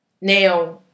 Now